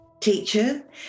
teacher